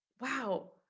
wow